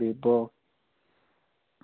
Vivo